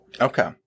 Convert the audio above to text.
Okay